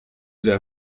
der